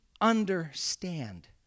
understand